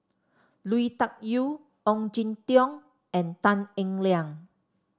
Lui Tuck Yew Ong Jin Teong and Tan Eng Liang